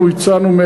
אנחנו הצענו,